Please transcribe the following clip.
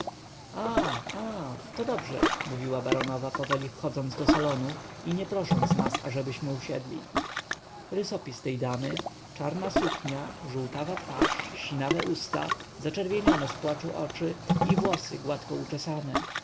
a to dobrze mówiła baronowa powoli wchodząc do salonu i nie prosząc nas ażebyśmy usiedli rysopis tej damy czarna suknia żółtawa twarz sinawe usta zaczerwienione z płaczu oczy i włosy gładko uczesane